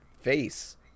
face